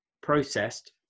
processed